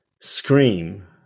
scream